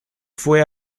fue